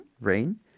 Rain